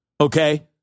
Okay